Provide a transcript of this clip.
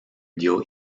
dio